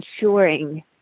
ensuring